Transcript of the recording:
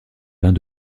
bains